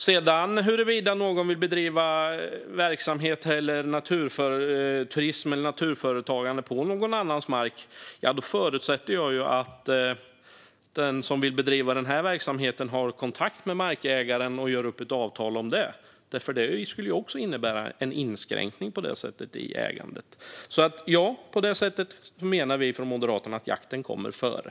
Sedan om någon vill bedriva verksamhet, naturturism eller naturföretagande på någon annans mark - då förutsätter jag att den som vill bedriva den verksamheten har kontakt med markägaren och gör upp ett avtal om det, eftersom det ju skulle innebära en inskränkning av ägandet. På det sättet menar alltså vi från Moderaternas sida att jakten kommer före.